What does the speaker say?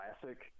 classic